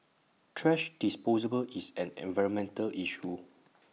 thrash disposal ball is an environmental issue